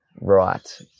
Right